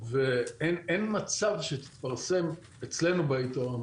ואין מצב שתתפרסם אצלנו בעיתון,